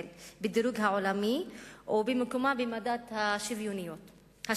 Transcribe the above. בדירוג העולמי או במיקומה במדד השוויוניות.